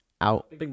out